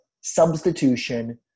substitution